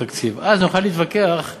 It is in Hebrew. תקציב המדינה לשנים 2015 2016,